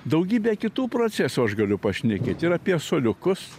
daugybę kitų procesų aš galiu pašnekėt ir apie suoliukus